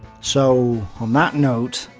so on that note,